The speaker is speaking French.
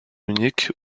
munich